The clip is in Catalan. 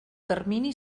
termini